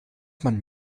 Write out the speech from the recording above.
man